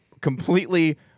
completely